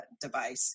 device